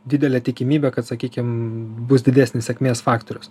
didelė tikimybė kad sakykim bus didesnis sėkmės faktorius